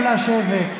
נא לשבת.